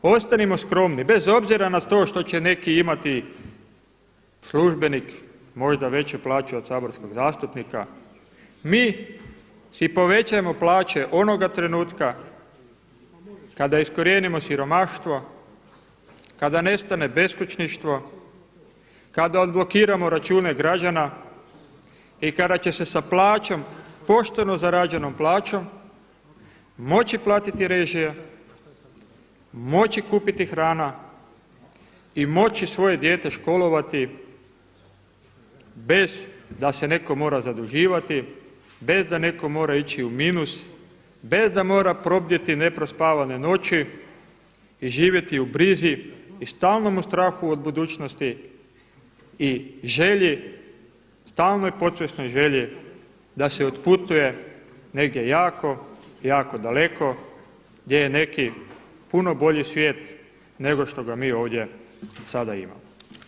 Ostanimo skromni bez obzira na to što će neki imati službenik možda veću plaću od saborskog zastupnika, mi si povećajemo plaće onoga trenutka, mi si povećavamo plaće onoga trenutka kada iskorijenimo siromaštvo, kada nestane beskućništvo, kada odblokiramo račune građana i kada će se sa plaćom, pošteno zarađenom plaćom moći platiti režije, moći kupiti hrana i moći svoje dijete školovati bez da se neko mora zaduživati, bez da netko mora ići u minus, bez da mora probdjeti neprospavane noći i živjeti u brizi i u stalnom strahu od budućnosti i želji, stalnoj podsvjesnoj želji da se otputuje negdje jako, jako daleko gdje je neki puno bolji svijet nego što ga mi ovdje sada imamo.